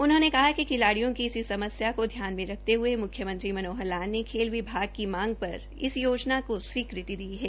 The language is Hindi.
उन्होंने दकहा कि खिलाड़ियों की इसी समस्या को ध्यान में रखते हुए मुख्यमंत्री मनोहर लाल ने खेल विभाग की मांग पर इस योजना को स्वीकृति दी है